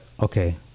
okay